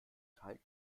teil